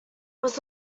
was